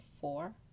four